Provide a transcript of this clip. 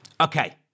Okay